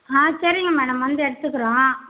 ஆ சரிங்க மேடம் வந்து எடுத்துக்குறோம்